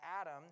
Adam